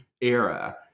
era